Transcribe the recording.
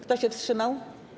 Kto się wstrzymał?